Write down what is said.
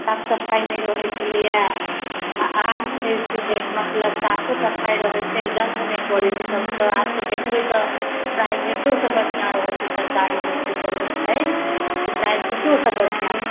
साफ सफाइ नहि रहैत छलैए आ आब छै जे मतलब साफो सफाइ रहैत छै गन्ध नहि करैत छै सभसँ आब तऽ देखबै तऽ प्राइवेटोसँ बढ़ियाँ रहैत छै सरकारी हॉस्पिटल जे छै से प्राइवेटोसँ बढ़िआँ छै